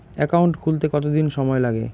Account খুলতে কতদিন সময় লাগে?